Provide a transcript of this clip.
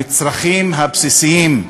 המצרכים הבסיסיים,